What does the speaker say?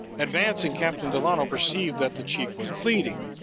advancing, captain delano perceived that the cheek was bleeding.